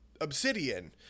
Obsidian